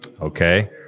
okay